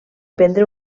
prendre